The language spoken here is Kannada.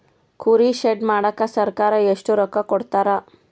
ಕುರಿ ಶೆಡ್ ಮಾಡಕ ಸರ್ಕಾರ ಎಷ್ಟು ರೊಕ್ಕ ಕೊಡ್ತಾರ?